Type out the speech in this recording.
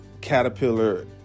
caterpillar